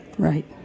Right